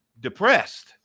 depressed